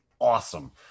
awesome